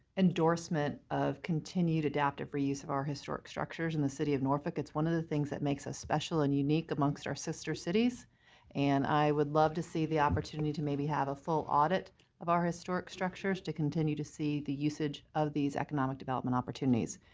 endorsement of continued adaptive reuse of our historic structures in the city of norfolk. it one of the things that makes us special and unique amongst our sister cities and i would love to see the opportunity to have a full audit of our historic structures to continue to see the usage of these economic development opportunities.